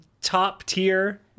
top-tier